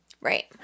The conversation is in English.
Right